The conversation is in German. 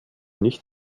nicht